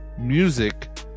music